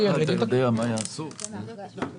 צריך לעשות